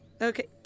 Okay